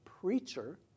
preacher